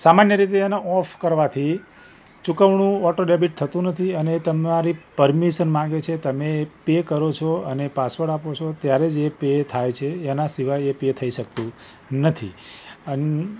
સામાન્ય રીતે એને ઑફ કરવાથી ચુકવણી ઑટો ડૅબિટ થતી નથી અને એ તમારી પરમિશન માગે છે તમે એ પે કરો છો અને પાસવર્ડ આપો છો ત્યારે જ એ પે થાય છે એના સિવાય એ પે થઇ શકતું નથી